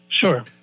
Sure